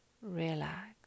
relax